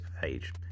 page